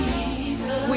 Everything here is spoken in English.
Jesus